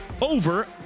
over